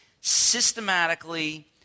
systematically